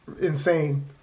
insane